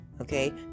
okay